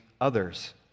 others